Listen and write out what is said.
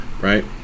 right